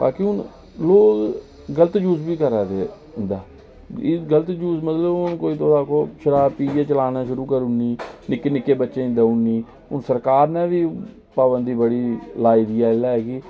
बाकी लोग हुन गलत यूज़ बी करा दे एह्दा हुन तुस आक्खो शाराब पीऐ चलाना शूरू करूड़नीं निक्के निक्के बच्चें गी देऊडनी हुन सरकार नै बी पाबंदी बड़ी लाई दी ऐ